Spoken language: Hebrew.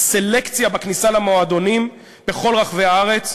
הסלקציה בכניסה למועדונים, בכל רחבי הארץ,